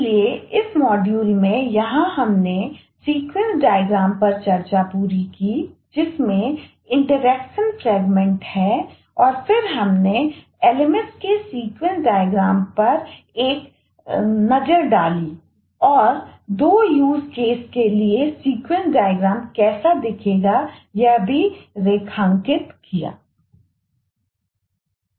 इसलिए इस मॉड्यूल में यहाँ हमने सीक्वेंस डायग्राम कैसा दिखेगा यह रेखांकित किया है